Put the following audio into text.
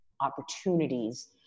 opportunities